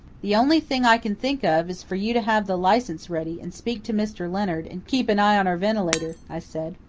the only thing i can think of is for you to have the license ready, and speak to mr. leonard, and keep an eye on our ventilator, i said.